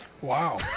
Wow